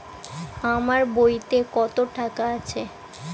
আমার বইতে কত টাকা আছে?